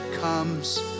comes